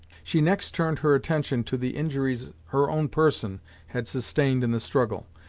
she next turned her attention to the injuries her own person had sustained in the struggle.